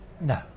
No